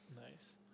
Nice